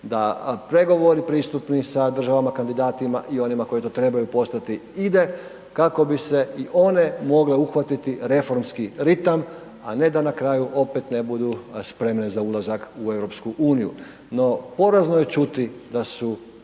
da pregovori pristupni sa državama kandidatima i onima koji to trebaju postati ide kako bi se i one mogle uhvatiti reformski ritam, a ne da na kraju opet ne budu spremne za ulazak u EU. No, porezno je čuti da su